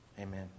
Amen